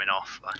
off